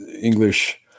english